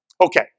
Okay